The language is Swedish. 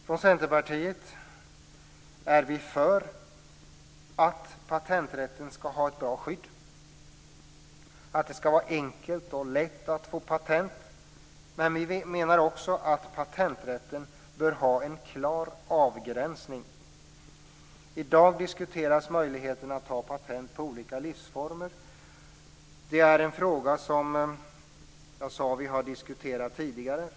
Från Centerpartiet är vi för att patenträtten skall ha ett bra skydd, att det skall vara enkelt och lätt att få patent, men vi menar också att patenträtten bör ha en klar avgränsning. I dag diskuteras möjligheten att ta patent på olika livsformer. Det är en fråga som vi har diskuterat tidigare, som jag sade.